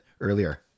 earlier